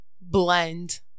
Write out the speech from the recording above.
blend